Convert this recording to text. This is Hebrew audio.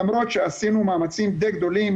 למרות שעשינו מאמצים די גדולים,